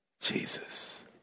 Jesus